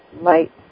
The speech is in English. light